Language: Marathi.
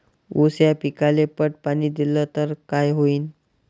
ऊस या पिकाले पट पाणी देल्ल तर काय होईन?